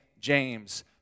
James